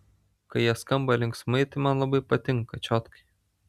kai jie skamba linksmai tai man labai patinka čiotkai